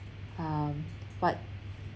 um but